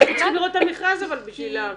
אנחנו צריכים לראות את המכרז בשביל להבין.